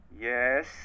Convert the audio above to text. Yes